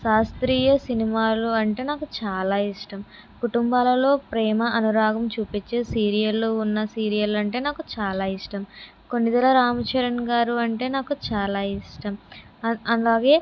శాస్త్రీయ సినిమాలు అంటే నాకు చాలా ఇష్టం కుటుంబాలలో ప్రేమ అనురాగాలు చూపించి సీరియల్ ఉన్న సీరియల్ అంటే నాకు చాలా ఇష్టం కొణిదెల రామ్ చరణ్ గారు అంటే నాకు చాలా ఇష్టం ఆ అలాగే